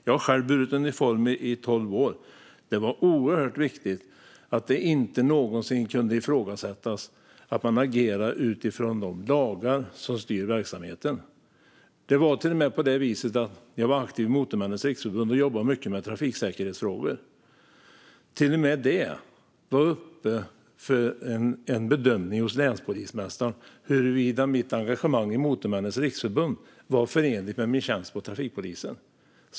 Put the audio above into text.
Jag har själv burit uniform i tolv år, och det var oerhört viktigt att det inte någonsin kunde ifrågasättas att man agerade utifrån de lagar som styr verksamheten. När jag var aktiv i Motormännens Riksförbund och jobbade mycket med trafiksäkerhetsfrågor var till och med detta uppe för bedömning hos länspolismästaren - huruvida mitt engagemang i Motormännens Riksförbund var förenligt med min tjänst på trafikpolisen.